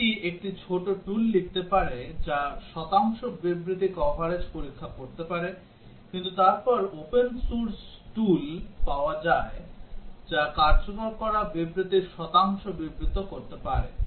এটি একটি ছোট tool লিখতে পারে যা শতাংশ বিবৃতি কভারেজ পরীক্ষা করতে পারে কিন্তু তারপর open source tool পাওয়া যায় যা কার্যকর করা বিবৃতির শতাংশ বিবৃত করতে পারে